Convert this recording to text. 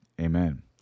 Amen